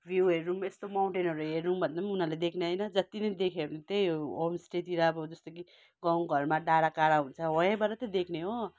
भ्युहरू यस्तो माउन्टेनहरू हेरौँ भन्दा उनीहरूले देख्नु होइन जति नि देखे पनि त्यही हो होम स्टेतिर अब जस्तो कि गाउँ घरमा डाँडा काँडा हुन्छ वहीँबाट त देख्ने हो